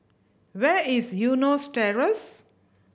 where is Eunos Terrace